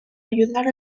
ayudar